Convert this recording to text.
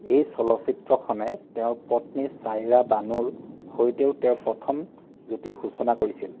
এই চলচ্চিত্ৰখনে তেওঁৰ পত্নী ছাইৰা বানুৰ সৈতেও তেওঁৰ প্ৰথম যুটিৰ সূচনা কৰিছিল